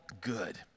good